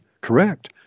Correct